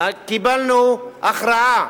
קיבלנו הכרעה,